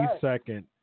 second